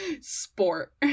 Sport